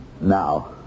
now